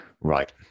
Right